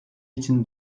için